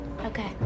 Okay